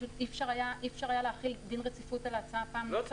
פשוט אי אפשר היה להחיל דין רציפות על ההצעה פעם נוספת.